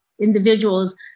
individuals